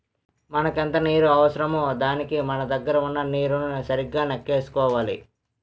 మనకెంత నీరు అవసరమో దానికి మన దగ్గర వున్న నీరుని సరిగా నెక్కేసుకోవాలి